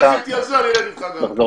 לך איתי על זה, אני אלך איתך גם.